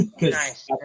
Nice